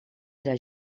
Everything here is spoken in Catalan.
era